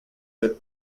that